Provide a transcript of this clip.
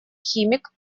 химик